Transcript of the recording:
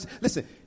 Listen